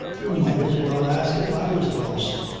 you might as well ask if i was lost,